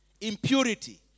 impurity